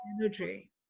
energy